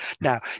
Now